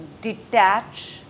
detach